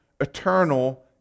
eternal